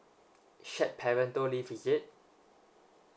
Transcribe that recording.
shared parental leave is it